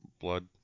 blood